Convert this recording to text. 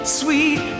sweet